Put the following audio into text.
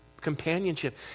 Companionship